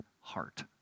heart